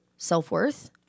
self-worth